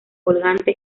colgante